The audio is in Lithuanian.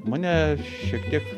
mane šiek tiek